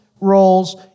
roles